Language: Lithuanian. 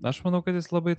aš manau kad jis labai